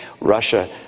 Russia